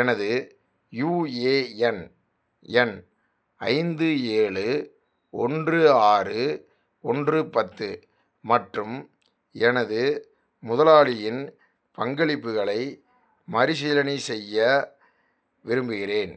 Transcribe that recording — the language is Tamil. எனது யுஏஎன் எண் ஐந்து ஏழு ஒன்று ஆறு ஒன்று பத்து மற்றும் எனது முதலாளியின் பங்களிப்புகளை மறுசீலனை செய்ய விரும்புகிறேன்